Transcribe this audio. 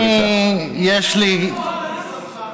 חבר הכנסת זוהר?